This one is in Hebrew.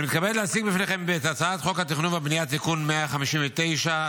אני מתכבד להציג בפניכם את הצעת חוק התכנון והבנייה (תיקון מס' 159),